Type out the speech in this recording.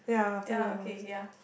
ya okay ya